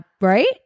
right